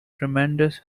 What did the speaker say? tremendous